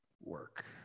work